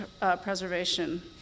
preservation